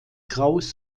krauss